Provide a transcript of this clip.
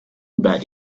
bet